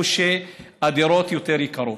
איפה שהדירות יותר יקרות.